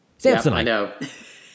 Samsonite